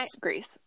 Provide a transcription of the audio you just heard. Greece